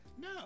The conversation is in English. No